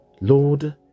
Lord